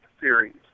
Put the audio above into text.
series